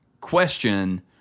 question